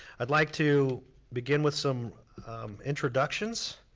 i'd like to begin with some introductions.